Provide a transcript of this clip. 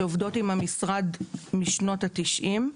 שעובדות עם המשרד מאז שנות ה-90: